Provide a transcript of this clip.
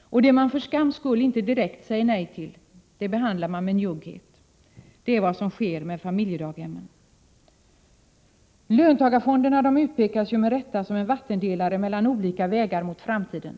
Och det man för skams skull inte direkt säger nej till, det behandlar man med njugghet. Det är vad som sker med familjedaghemmen. Löntagarfonderna utpekas med rätta som en vattendelare mellan olika vägar mot framtiden.